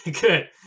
Good